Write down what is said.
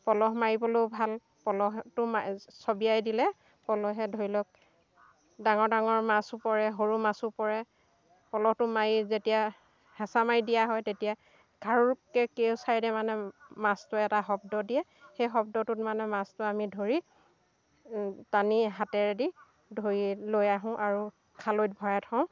প'লহ মাৰিবলৈ ভাল প'লহটো মা চবিয়াই দিলে প'লহে ধৰি লওক ডাঙৰ ডাঙৰ মাছো পৰে সৰু মাছো পৰে প'লহটো মাৰি যেতিয়া হেঁচা মাৰি দিয়া হয় তেতিয়া ঘাৰুপ্কেৈ কেওচাইডে মানে মাছটোৱে এটা শব্দ দিয়ে সেই শব্দটোত মানে মাছটো আমি ধৰি টানি হাতেৰেদি ধৰি লৈ আহোঁ আৰু খালৈত ভৰাই থওঁ